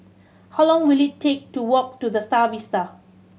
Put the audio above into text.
how long will it take to walk to The Star Vista